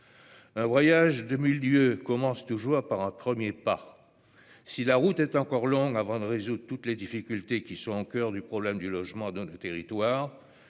Un voyage de mille lieues commence toujours par un premier pas. Si la route est encore longue avant de résoudre toutes les difficultés qui sont au coeur du problème du logement dans nos territoires,